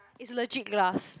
it's legit glass